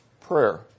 Prayer